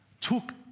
took